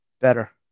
Better